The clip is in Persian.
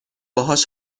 باهاش